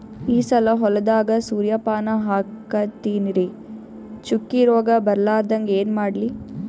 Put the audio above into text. ಈ ಸಲ ಹೊಲದಾಗ ಸೂರ್ಯಪಾನ ಹಾಕತಿನರಿ, ಚುಕ್ಕಿ ರೋಗ ಬರಲಾರದಂಗ ಏನ ಮಾಡ್ಲಿ?